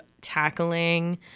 tackling